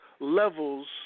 levels